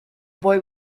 boy